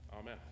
Amen